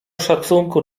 szacunku